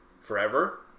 Forever